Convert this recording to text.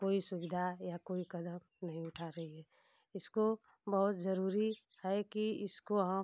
कोई सुविधा या कोई कदम नहीं उठा रही है इसको बहुत जरूरी है कि इसको हम